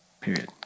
Period